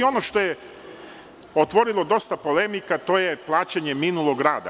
Ono što je otvorilo dosta polemike, to je plaćanje minulog rada.